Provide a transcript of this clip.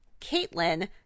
Caitlin